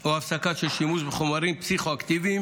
או הפסקה של שימוש בחומרים פסיכו-אקטיביים